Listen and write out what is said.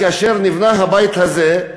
כאשר נבנה הבית הזה,